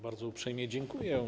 Bardzo uprzejmie dziękuję.